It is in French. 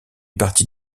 partie